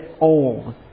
old